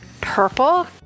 purple